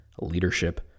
leadership